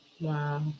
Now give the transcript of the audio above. Wow